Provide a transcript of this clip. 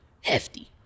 hefty